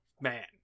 Man